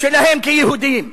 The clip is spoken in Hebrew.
שלהם כיהודים,